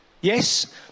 Yes